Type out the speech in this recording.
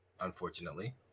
unfortunately